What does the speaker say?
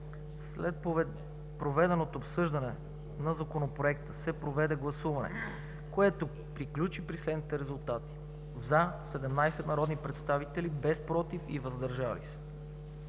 След проведеното обсъждане на Законопроекта се проведе гласуване, което приключи при следните резултати: 17 гласа „за“, без „против“ и „въздържал се“.